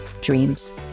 dreams